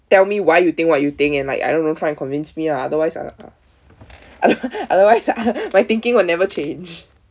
tell me why you think what you think and like I don't know try and convince me lah otherwise other otherwise my thinking will never change